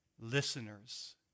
listeners